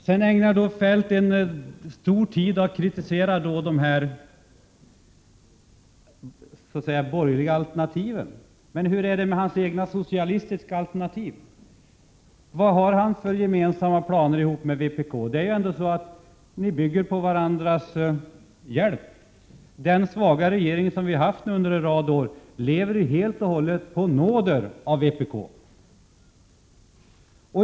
Sedan använder Kjell-Olof Feldt mycket tid för att kritisera de borgerliga alternativen. Men hur är det med hans egna socialistiska alternativ? Vad har han för planer gemensamt med vpk? Ni bygger på varandras hjälp. Den svaga regering som vi har haft nu under en rad år lever helt och hållet på vpk:s nåd.